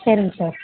சரிங்க சார்